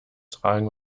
tragen